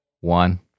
One